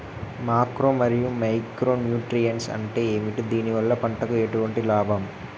Macro మరియు micro nutrients అంటే ఏమిటి? దీనివల్ల పంటకు ఎటువంటి లాభం?